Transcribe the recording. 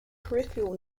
peripheral